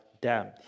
damned